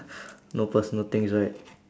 no personal things right